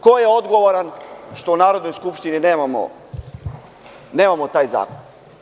Ko je odgovoran što u Narodnoj skupštini nemamo taj zakon?